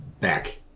back